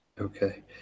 Okay